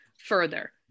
further